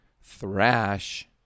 thrash